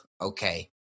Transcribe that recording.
okay